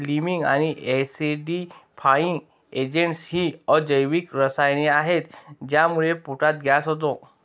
liming आणि acidifying agents ही अजैविक रसायने आहेत ज्यामुळे पोटात गॅस होतो